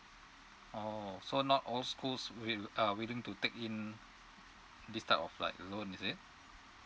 oh so not all schools will uh willing to take in this type of like loan is it